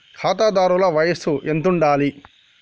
ఖాతాదారుల వయసు ఎంతుండాలి?